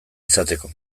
izateko